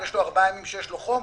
ויש ארבעה ימים שיש לו חום,